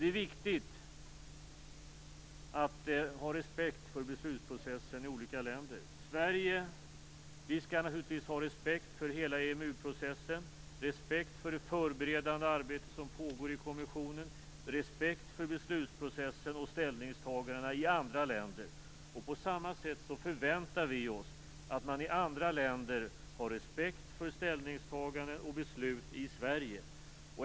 Det är viktigt att ha respekt för beslutsprocessen i olika länder. Vi skall naturligtvis ha respekt för hela EMU-processen, det förberedande arbete som pågår i kommissionen, beslutsprocessen och ställningstagandena i andra länder. På samma sätt förväntar vi oss att man i andra länder har respekt för ställningstaganden och beslut i Sverige.